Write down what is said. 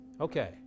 Okay